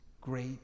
great